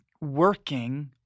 Working